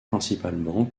principalement